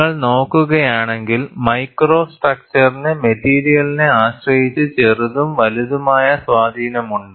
നിങ്ങൾ നോക്കുകയാണെങ്കിൽ മൈക്രോ സ്ട്രക്ച്ചറിന് മെറ്റീരിയലിനെ ആശ്രയിച്ച് ചെറുതും വലുതുമായ സ്വാധീനമുണ്ട്